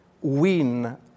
win